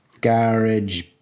garage